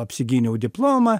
apsigyniau diplomą